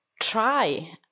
try